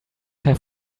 have